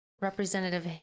Representative